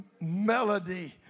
melody